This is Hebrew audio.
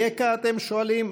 אייכה, אתם שואלים?